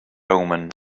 omen